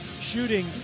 shooting